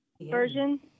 version